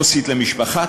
עו"סית למשפחה,